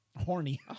Horny